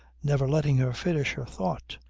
never letting her finish her thought.